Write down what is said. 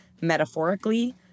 metaphorically